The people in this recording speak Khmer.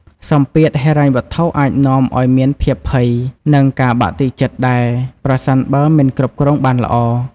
សម្ពាធហិរញ្ញវត្ថុអាចនាំឲ្យមានភាពភ័យ និងការបាក់ទឹកចិត្តដែរ ប្រសិនបើមិនគ្រប់គ្រងបានល្អ។